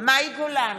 מאי גולן,